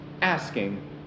asking